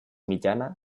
mitjana